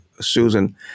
Susan